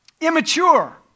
Immature